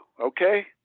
okay